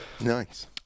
nice